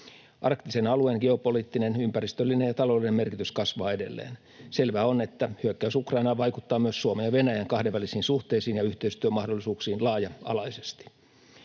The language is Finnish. Arktisen alueen geopoliittinen, ympäristöllinen ja taloudellinen merkitys kasvaa edelleen. Selvää on, että hyökkäys Ukrainaan vaikuttaa myös Suomen ja Venäjän kahdenvälisiin suhteisiin ja yhteistyömahdollisuuksiin laaja-alaisesti.